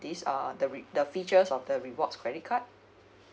these uh the re~ the features of the rewards credit card